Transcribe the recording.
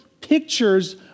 pictures